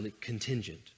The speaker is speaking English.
contingent